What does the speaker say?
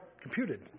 computed